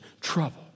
trouble